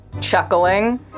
chuckling